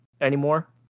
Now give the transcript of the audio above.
Anymore